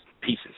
pieces